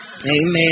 Amen